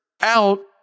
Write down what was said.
out